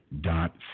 dot